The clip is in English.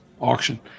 auction